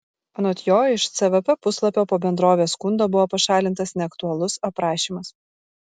anot jo iš cvp puslapio po bendrovės skundo buvo pašalintas neaktualus aprašymas